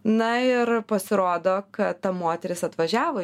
na ir pasirodo kad ta moteris atvažiavo